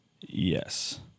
yes